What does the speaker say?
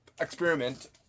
experiment